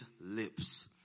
lips